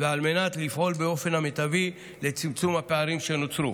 ועל מנת לפעול באופן המיטבי לצמצום הפערים שנוצרו.